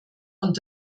und